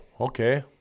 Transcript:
okay